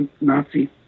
Nazi